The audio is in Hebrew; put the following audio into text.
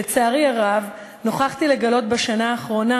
לצערי הרב, נוכחתי לגלות בשנה האחרונה